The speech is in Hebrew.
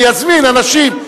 ויזמין אנשים.